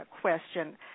question